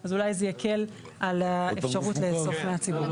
אז אולי זה יקל על האפשרות לאסוף מהציבור.